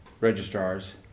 registrars